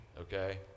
okay